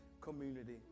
community